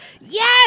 Yes